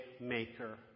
maker